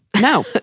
No